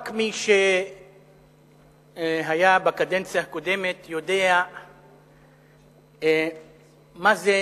רק מי שהיה בקדנציה הקודמת יודע מה זה